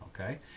okay